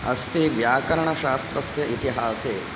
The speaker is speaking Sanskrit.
अस्ति व्याकरणशास्त्रस्य इतिहासे